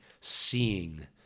seeing